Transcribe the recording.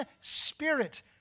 spirit